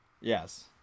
Yes